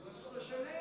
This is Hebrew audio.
אז הוא צריך לשלם.